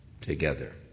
together